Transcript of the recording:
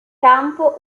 campo